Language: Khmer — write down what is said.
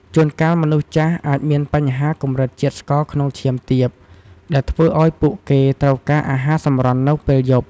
ជួនកាលមនុស្សចាស់អាចមានបញ្ហាកម្រិតជាតិស្ករក្នុងឈាមទាប ដែលធ្វើឱ្យពួកគេត្រូវការអាហារសម្រន់នៅពេលយប់។